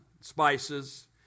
spices